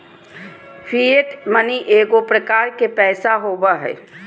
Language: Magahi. फिएट मनी एगो प्रकार के पैसा होबो हइ